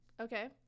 Okay